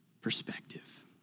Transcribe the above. perspective